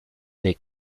del